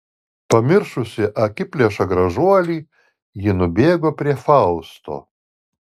pamiršusi akiplėšą gražuolį ji nubėgo prie fausto